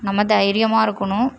நம்ம தைரியமாக இருக்கனும்